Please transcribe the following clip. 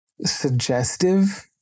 suggestive